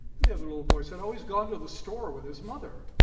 and the other little boy said, oh, he's gone to the store with his mother.